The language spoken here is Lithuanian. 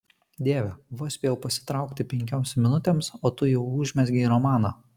dieve vos spėjau pasitraukti penkioms minutėms o tu jau užmezgei romaną